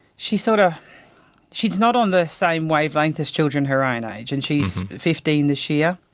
she's sort of she's not on the same wavelength as children her own age and she's fifteen this year.